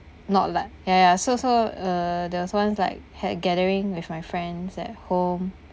not lah ya ya so so uh there was ones like had gathering with my friends at home